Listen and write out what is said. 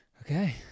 Okay